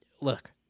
Look